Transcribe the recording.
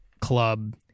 club